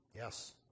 Yes